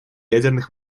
ядерных